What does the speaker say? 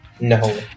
No